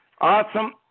awesome